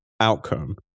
outcome